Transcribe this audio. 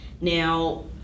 Now